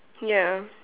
ya